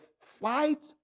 fight